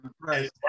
Right